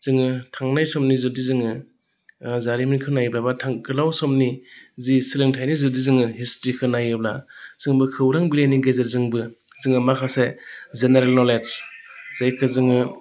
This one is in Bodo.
जोङो थांनाय समनि जुदि जोङो जारिमिनखौ नायोबा बा गोलाव समनि जि सोलोंथाइनि जुग जोङो हिस्ट'रिखौ नायोब्ला जोंबो खौरां बिलाइनि गेजेरजोंबो जोङो माखासे जेनेरेल नलेज जायखौ जोङो